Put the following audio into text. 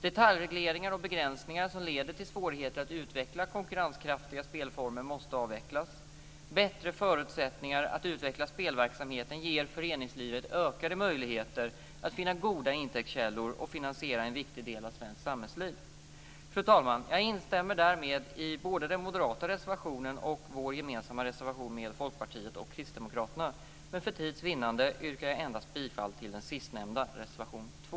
Detaljregleringar och begränsningar som leder till svårigheter att utveckla konkurrenskraftiga spelformer måste avvecklas. Bättre förutsättningar att utveckla spelverksamheten ger föreningslivet ökade möjligheter att finna goda intäktskällor och finansiera en viktig del av svenskt samhällsliv. Fru talman! Jag instämmer därmed i både den moderata reservationen och vår gemensamma reservation med Folkpartiet och Kristdemokraterna, men för tids vinnande yrkar jag bifall endast till den sistnämnda, reservation 2.